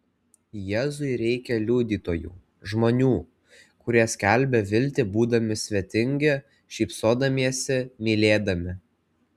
jėzui reikia liudytojų žmonių kurie skelbia viltį būdami svetingi šypsodamiesi mylėdami